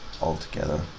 altogether